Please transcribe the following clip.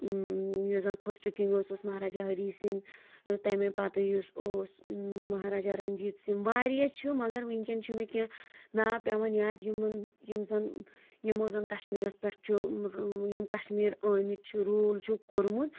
یُس زَن فٔسٹہٕ کِنٛگ اوس سُہ اوس مہاراجا ہری سِنٛگھ تیٚمے پَتہٕ یُس اوس مہاراجا رٔنجیٖت سِنٛگھ واریاہ چھِ مگر وٕنکٮ۪ن چھِ مےٚ کیٚنٛہہ ناو پٮ۪وان یاد یِمن یِم زَن یِمو زَن کَشمیٖرَس پٮ۪ٹھ چھُ یِم کَشمیٖر آمٕتۍ چھِ روٗل چھُکھ کوٚرمُت